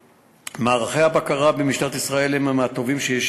מערכי הבקרה במשטרת ישראל הם מהטובים שיש,